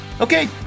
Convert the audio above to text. Okay